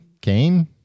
Cain